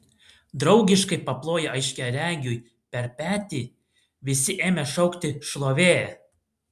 draugiškai paploję aiškiaregiui per petį visi ėmė šaukti šlovė